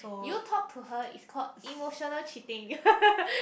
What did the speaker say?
you talk to her is called emotional cheating